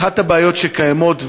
אחת הבעיות שקיימות,